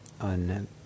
on